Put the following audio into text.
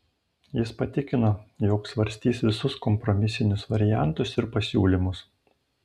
jis patikino jog svarstys visus kompromisinius variantus ir pasiūlymus